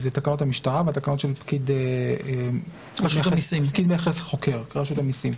זה תקנות המשטרה והתקנות של פקיד מכס חוקר ברשות המיסים.